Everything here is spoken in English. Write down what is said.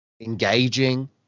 engaging